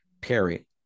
Perry